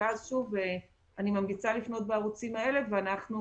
אני ממליצה לפנות בערוצים האלה ואנחנו